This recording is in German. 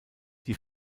die